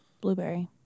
Blueberry